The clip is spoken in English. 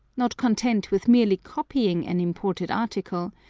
not content with merely copying an imported article,